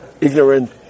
ignorant